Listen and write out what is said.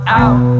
out